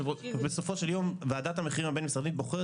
בסופו של יום ועדת המחירים הבין משרדית בוחרת